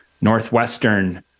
Northwestern